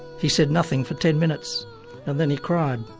he said nothing for ten minutes and then he cried.